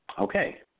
okay